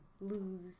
lose